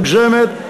מוגזמת,